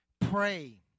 pray